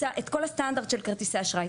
את כל הסטנדרט של כרטיסי אשראי,